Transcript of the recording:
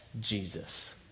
Jesus